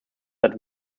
that